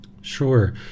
Sure